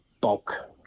bulk